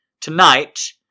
Tonight